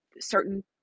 certain